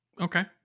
Okay